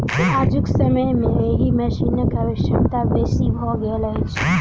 आजुक समय मे एहि मशीनक आवश्यकता बेसी भ गेल अछि